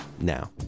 Now